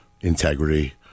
integrity